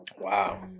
Wow